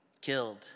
killed